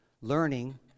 learning